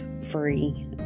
free